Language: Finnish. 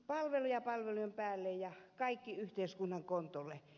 palveluja palvelujen päälle ja kaikki yhteiskunnan kontolle